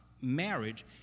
marriage